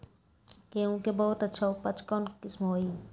गेंहू के बहुत अच्छा उपज कौन किस्म होई?